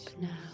now